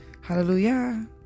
Hallelujah